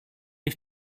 ich